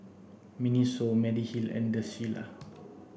Miniso Mediheal and the Shilla